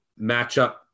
matchup